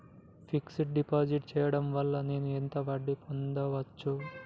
Fix డ్ deposit చేయటం వల్ల నేను ఎంత వడ్డీ పొందచ్చు?